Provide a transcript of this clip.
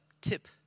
tip